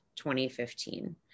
2015